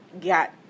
got